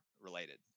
related